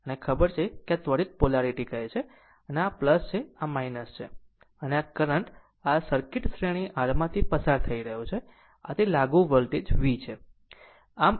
આમ આને ખબર છે કે આ ત્વરિત પોલારીટી કહે છે આ આ છે આ છે અને આ કરંટ આ સર્કિટ શ્રેણી r માંથી પસાર થઈ રહ્યો છે અને આ તે લાગુ વોલ્ટેજ V છે